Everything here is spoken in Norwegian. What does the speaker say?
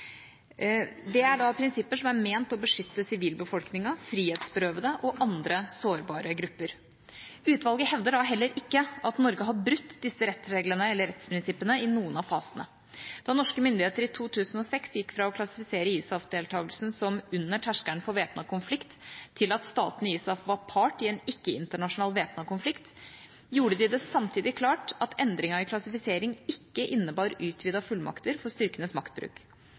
Det er da prinsipper som er ment å beskytte sivilbefolkningen, frihetsberøvede og andre sårbare grupper. Utvalget hevder da heller ikke at Norge har brutt disse rettsreglene eller rettsprinsippene i noen av fasene. Da norske myndigheter i 2006 gikk fra å klassifisere ISAF-deltagelsen som under terskelen for væpnet konflikt, til at statene i ISAF var part i en ikke-internasjonal væpnet konflikt, gjorde de det samtidig klart at endringen i klassifisering ikke innebar utvidede fullmakter for styrkenes maktbruk.